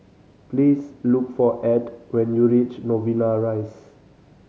please look for Ed when you reach Novena Rise